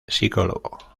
psicólogo